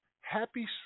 happy